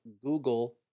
Google